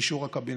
אישור הקבינט.